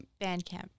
Bandcamp